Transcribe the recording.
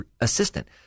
assistant